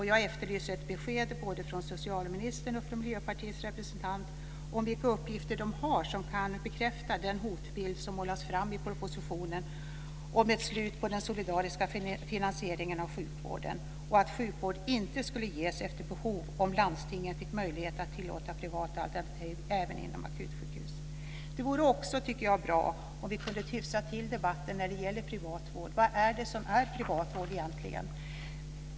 Jag efterlyser ett besked både från socialministern och från Miljöpartiets representant om vilka uppgifter de har som kan bekräfta den hotbild som målas fram i propositionen om ett slut på den solidariska finansieringen av sjukvården och att sjukvård inte skulle ges efter behov om landstingen fick möjlighet att tillåta privata alternativ även inom akutsjukhus. Det vore också bra om vi kunde hyfsa till debatten om privat vård. Vad är det som är privat vård egentligen?